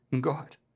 God